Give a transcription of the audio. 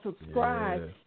subscribe